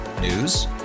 News